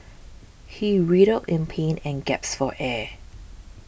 he writhed in pain and gasped for air